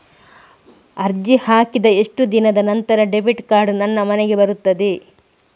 ಅರ್ಜಿ ಹಾಕಿದ ಎಷ್ಟು ದಿನದ ನಂತರ ಡೆಬಿಟ್ ಕಾರ್ಡ್ ನನ್ನ ಮನೆಗೆ ಬರುತ್ತದೆ?